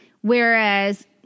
Whereas